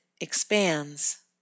expands